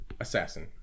assassin